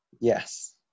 Yes